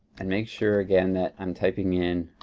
and make sure again that i'm typing in